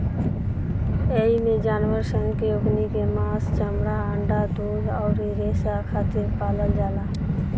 एइमे जानवर सन के ओकनी के मांस, चमड़ा, अंडा, दूध अउरी रेसा खातिर पालल जाला